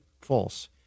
false